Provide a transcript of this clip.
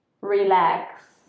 relax